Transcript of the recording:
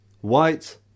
White